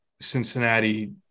cincinnati